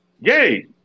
Yay